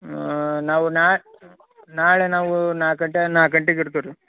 ನಾವು ನಾಳೆ ನಾವು ನಾಲ್ಕು ಗಂಟೆ ನಾಲ್ಕು ಗಂಟೆಗೆ ಇರ್ತೀವಿ ರಿ